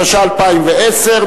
התשע"א 2010,